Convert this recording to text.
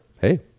hey